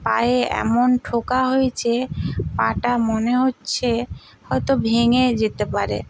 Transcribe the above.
পায়ে এমন ঠোকা হয়েচে পাটা মনে হচ্ছে হয়তো ভেঙে যেতে পারে